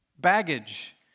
baggage